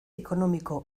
ekonomiko